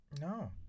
No